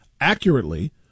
accurately